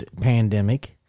pandemic